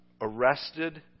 arrested